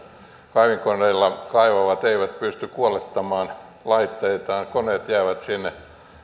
kaivinkoneilla kaivavat eivät pysty kuolettamaan laitteitaan ja koneet jäävät sinne